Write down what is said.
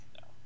no